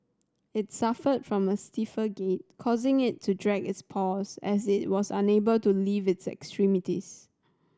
it suffered from a stiffer gait causing it to drag its paws as it was unable to lift its extremities